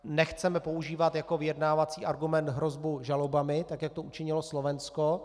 Nechceme používat jako vyjednávací argument hrozbu žalobami tak, jak to učinilo Slovensko.